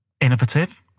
innovative